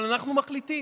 אבל אנחנו מחליטים.